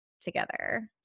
together